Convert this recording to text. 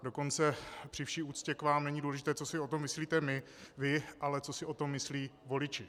Dokonce při vší úctě k vám není důležité, co si o tom myslíte vy, ale co si o tom myslí voliči.